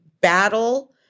battle